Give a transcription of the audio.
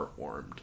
heartwarmed